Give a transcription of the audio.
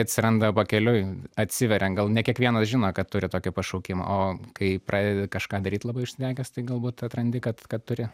atsiranda pakeliui atsiveria gal ne kiekvienas žino kad turi tokį pašaukimą o kai pradedi kažką daryt labai užsidegęs tai galbūt atrandi kad kad turi